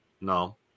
No